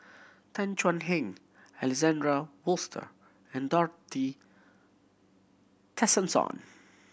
Tan Thuan Heng Alexander Wsolter and Dorothy Tessensohn